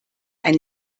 ein